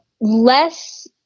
less